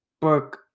book